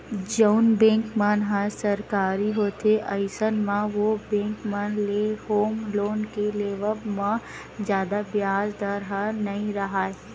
जउन बेंक मन ह सरकारी होथे अइसन म ओ बेंक मन ले होम लोन के लेवब म जादा बियाज दर ह नइ राहय